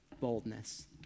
boldness